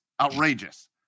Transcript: outrageous